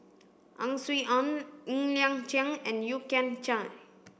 Ang Swee Aun Ng Liang Chiang and Yeo Kian Chai